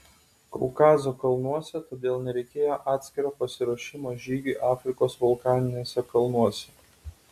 kaukazo kalnuose todėl nereikėjo atskiro pasiruošimo žygiui afrikos vulkaniniuose kalnuose